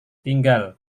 tinggal